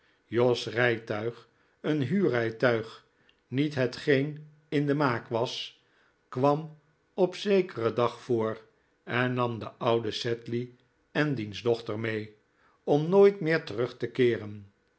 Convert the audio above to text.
jos rijtuig een huurrijtuig niet hetgeen in de maak was kwam op zekeren dag voor en nam den ouden sedley en diens dochter mee om nooit meer terug te keeren